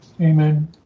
Amen